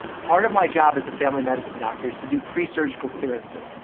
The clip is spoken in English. part of my job as a family medicine doctor is to do pre-surgical clearances,